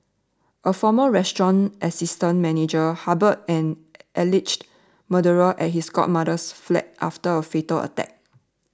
a former restaurant assistant manager harboured an alleged murderer at his godmother's flat after a fatal attack